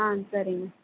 ஆ சரிங்க